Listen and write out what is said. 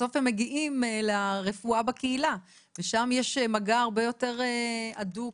בסוף הם מגיעים לרפואה בקהילה ושם יש מגע הרבה יותר הדוק.